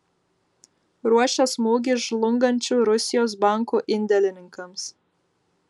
ruošia smūgį žlungančių rusijos bankų indėlininkams